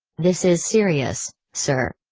this is serious, sir.